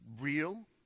real